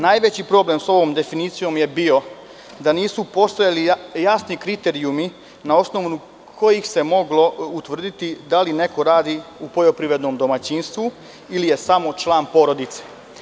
Najveći problem sa ovom definicijom je bio da nisu postojali jasni kriterijumi na osnovu kojih se moglo utvrditi da li neko radi u poljoprivrednom domaćinstvu ili je samo član porodice.